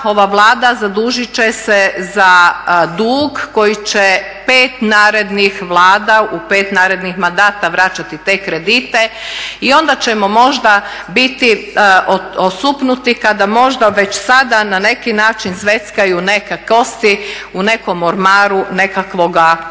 ova Vlada zadužiti će se za dug koji će 5 narednih Vlada u 5 narednih mandata vraćati te kredite i onda ćemo možda biti osupnuti kada možda već sada na neki način zveckaju neke kosti u nekom ormaru nekakvoga kostura.